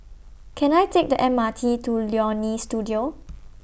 Can I Take The M R T to Leonie Studio